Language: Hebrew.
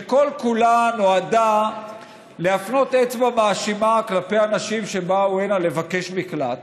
שכל-כולה נועדה להפנות אצבע מאשימה כלפי אנשים שבאו הנה לבקש מקלט,